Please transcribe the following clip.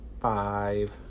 five